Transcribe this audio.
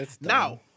now